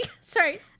sorry